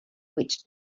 which